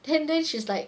then then she's like